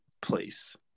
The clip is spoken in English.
place